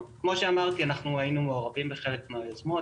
אנחנו היינו מעורבים בחלק מהיוזמות,